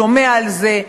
שומע על זה,